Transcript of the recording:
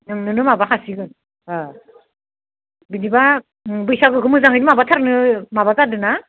नोंनोनो माबाखासिगोन बिदिबा बैसागोखौ मोजाङैनो माबाथारनो माबा जादों ना